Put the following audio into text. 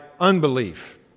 unbelief